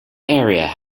area